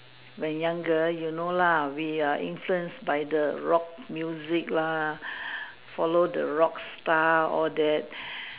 when younger you know lah we are influenced by the rock music lah follow the rock star all that